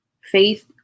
Faith